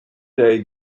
day